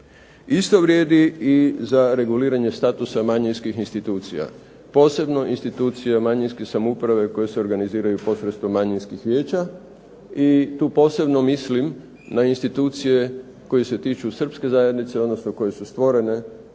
Isto vrijedi i za reguliranje statusa manjinskih institucija, posebno institucija manjinske samouprave koje se organiziraju posredstvom manjinskih vijeća. I tu posebno mislim na institucije koje se tiču srpske zajednice, odnosno koje su stvorene